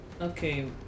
Okay